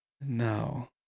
No